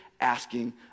asking